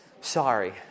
Sorry